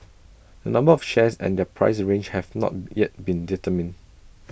the number of shares and their price range have not yet been determined